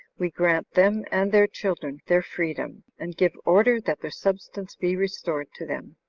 we grant them and their children their freedom, and give order that their substance be restored to them.